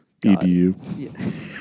EDU